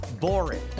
boring